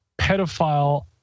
pedophile